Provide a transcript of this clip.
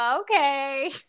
okay